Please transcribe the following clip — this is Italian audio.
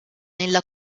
nella